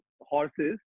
horses